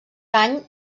any